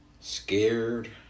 scared